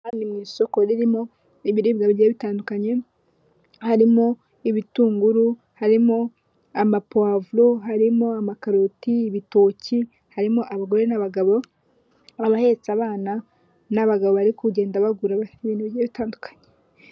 Hano bari mu isoko ririmo ibiribwa bigiye bitandukanye harimo ibitunguru, harimo amapavuro, harimo amakaroti n'ibitoki, harimo abagore n'abagabo; abahetse abana n'abagabo bari kugenda bagura ibintu byo kurya bitandukanye.